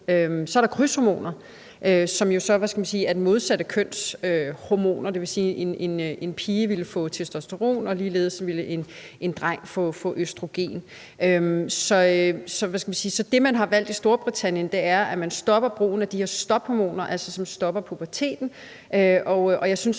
Så er der krydshormoner, som jo så er det modsatte køns hormoner. Det vil sige, at en pige ville få testosteron, og omvendt ville en dreng få østrogen. Så det, man har valgt i Storbritannien, er, at man stopper brugen af de her stophormoner, som altså stopper puberteten.